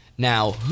Now